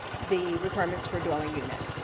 the requirements for a dwelling unit